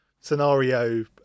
scenario